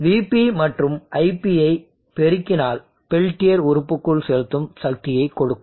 vP மற்றும் iP ஐ பெருக்கினால் பெல்டியர் உறுப்புக்குள் செலுத்தும் சக்தியைக் கொடுக்கும்